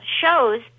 shows